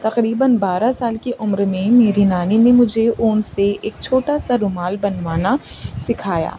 تقریباً بارہ سال کی عمر میں میری نانی نے مجھے اون سے ایک چھوٹا سا رومال بنوانا سکھایا